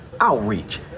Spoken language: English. outreach